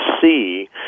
see